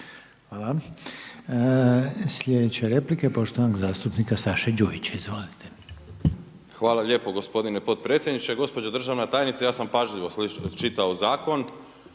Hvala. Slijedeća replika je poštovanog zastupnika Saše Đujića, izvolite. **Đujić, Saša (SDP)** Hvala lijepo gospodine potpredsjedniče. Gospođo državna tajnice, ja sam pažljivo čitao zakon,